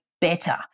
better